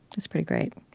that's pretty great.